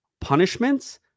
punishments